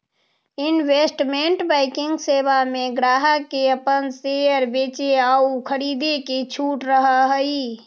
investment banking सेवा में ग्राहक के अपन शेयर बेचे आउ खरीदे के छूट रहऽ हइ